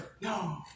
No